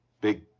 big